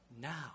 now